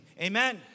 Amen